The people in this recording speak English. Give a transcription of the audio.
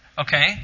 Okay